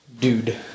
dude